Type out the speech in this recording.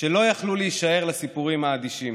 שלא יכלו להישאר אדישים